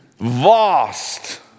vast